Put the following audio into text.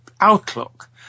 outlook